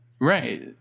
Right